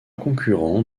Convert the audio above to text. concurrent